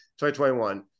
2021